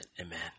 Amen